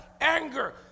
anger